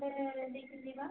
କେଉଁ ପଟେ ଦେଇକି ଯିବା